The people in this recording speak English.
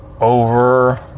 over